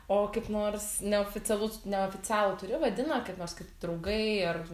o kaip nors neoficialus neoficialų turi vadina kaip nors kiti draugai ir